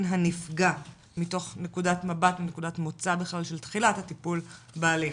הנפגע מתוך נקודת מבט נקודת מוצא של תחילת הטיפול בהליך.